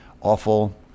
awful